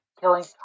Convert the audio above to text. killing